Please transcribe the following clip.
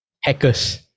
hackers